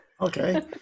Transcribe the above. okay